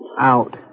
Out